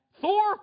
Thor